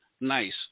nice